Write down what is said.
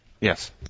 Yes